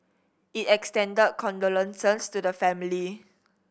it extended condolences to the family